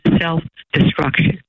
self-destruction